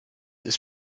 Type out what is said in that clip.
ist